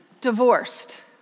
divorced